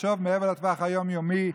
לחשוב מעבר לטווח היום-יומי,